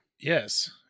Yes